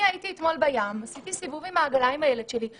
אתמול הייתי בים עם הילד שלי בעגלה,